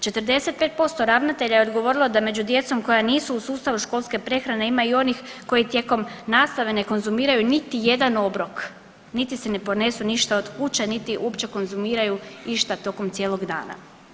45% ravnatelja je odgovorilo da među djecom koja nisu u sustavu školske prehrane ima i onih koji tijekom nastave ne konzumiraju niti jedan obrok, niti si ne ponesu od kuće, niti uopće konzumiraju išta tokom cijelog dana.